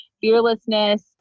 fearlessness